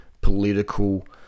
political